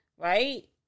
right